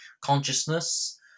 Consciousness